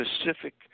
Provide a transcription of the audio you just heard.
specific